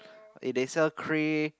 eh they sell cray~